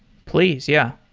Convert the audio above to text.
please. yeah.